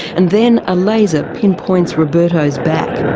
and then a laser pinpoints roberto's back.